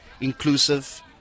inclusive